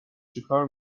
چیکار